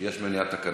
יש מניעה תקנונית.